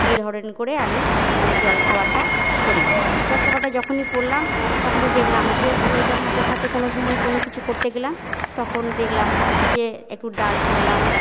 এ ধরন করে আমি মানে জলখাবারটা করি জলখাবারটা যখনই করলাম তখনই দেখলাম যে আমি এটা ভাতের সাথে কোনও সময় কোনও কিছু করতে গেলাম তখন দেখলাম যে একটু ডাল করলাম